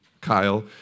Kyle